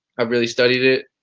i've really studied it.